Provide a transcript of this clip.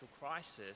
crisis